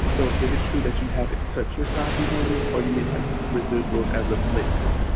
so is it true that you haven't touched your cosby money or you mean like residuals as of lately?